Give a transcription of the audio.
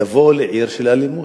יבואו לעיר של אלימות,